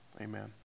Amen